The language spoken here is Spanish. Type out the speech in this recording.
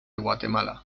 guatemala